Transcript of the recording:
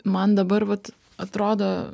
man dabar vat atrodo